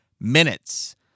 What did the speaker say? minutes